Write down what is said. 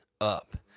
up